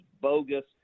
bogus